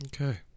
Okay